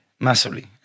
massively